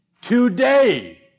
Today